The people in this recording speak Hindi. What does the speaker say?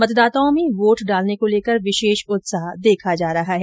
मतदाताओं में वोट डालने को लेकर विशेष उत्साह देखा जा रहा है